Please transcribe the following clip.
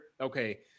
Okay